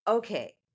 Okay